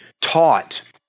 taught